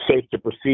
safe-to-proceed